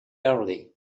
early